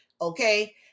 Okay